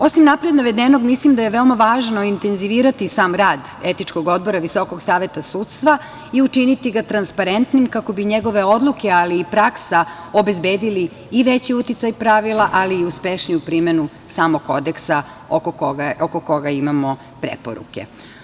Osim napred navedenog, misli da je veoma važno intenzivirati sam rad Etičkog odbora Visokog saveta sudstva i učiniti ga transparentnim kako bi njegove odluke, ali i praksa obezbedili i veći uticaj pravila, ali i uspešniju primenu samog kodeksa oko koga imamo preporuke.